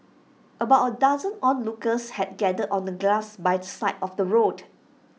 about A dozen onlookers had gathered on the grass by the side of the road